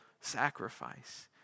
sacrifice